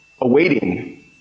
awaiting